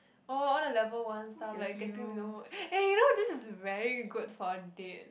oh all the level ones stuff like getting to know eh you know this is very good for a date